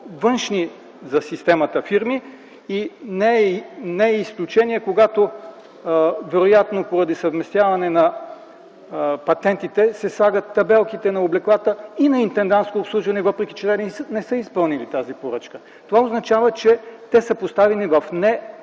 за системата фирми, не е изключение, когато вероятно поради съвместяване на патентите се поставят табелки на облеклата на „Интендантско обслужване”, въпреки че те не са изпълнили тази поръчка. Това означава, че те са поставени в